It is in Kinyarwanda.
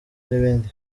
n’ibindi